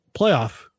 playoff